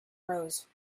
rose